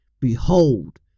Behold